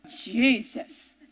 Jesus